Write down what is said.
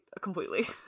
completely